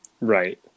right